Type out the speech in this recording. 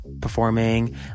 performing